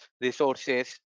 resources